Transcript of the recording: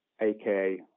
aka